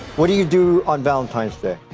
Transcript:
what do you do on valentine's day?